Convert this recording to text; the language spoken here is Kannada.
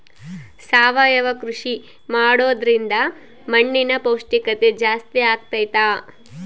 ಸಾವಯವ ಕೃಷಿ ಮಾಡೋದ್ರಿಂದ ಮಣ್ಣಿನ ಪೌಷ್ಠಿಕತೆ ಜಾಸ್ತಿ ಆಗ್ತೈತಾ?